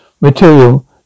material